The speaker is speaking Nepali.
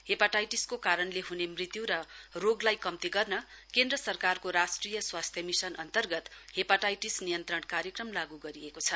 हेपाटाइटिसको कारणले हने मृत्य र रोगलाई कम्ती गर्न केन्द्र सरकारको राष्ट्रिय स्वास्थ्य मिशन अन्तर्गत हेपाटाइटिस नियन्त्रण कार्यक्रम लागू गरिएको छ